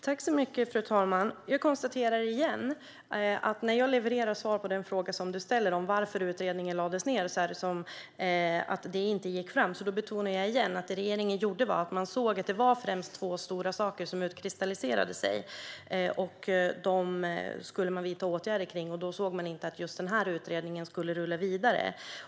Fru talman! Jag konstaterar återigen att när jag levererar svar på den fråga som Roger Haddad ställde om varför utredningen lades ned är det som att det inte gick fram. Då betonar jag igen att regeringen främst såg två stora saker som utkristalliserade sig. Dem skulle man vidta åtgärder kring, och då ansåg man inte att just denna utredning skulle rulla vidare.